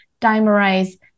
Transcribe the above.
dimerize